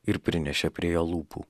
ir prinešė prie lūpų